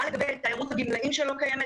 מה לגבי תיירות הגמלאים שלא קיימת?